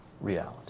reality